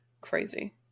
Crazy